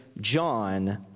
John